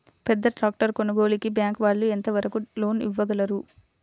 పెద్ద ట్రాక్టర్ కొనుగోలుకి బ్యాంకు వాళ్ళు ఎంత వరకు లోన్ ఇవ్వగలరు?